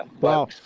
Wow